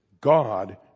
God